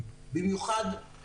לא מקדימים ולא מאחרים,